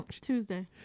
Tuesday